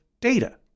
data